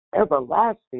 everlasting